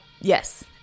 Yes